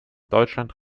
deutschland